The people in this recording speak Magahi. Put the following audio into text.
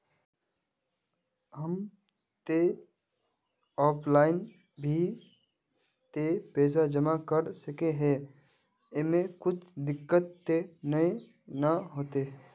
हम ते ऑफलाइन भी ते पैसा जमा कर सके है ऐमे कुछ दिक्कत ते नय न होते?